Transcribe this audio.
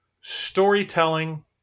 storytelling